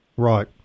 Right